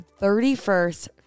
31st